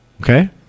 okay